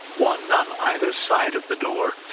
one on either side of the door,